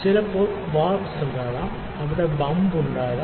ചിലപ്പോൾ വാർപ്പുകൾ ഉണ്ടാകാം അവിടെ ബംപ് ഉണ്ടാകാം